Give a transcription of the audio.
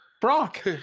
Brock